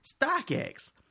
StockX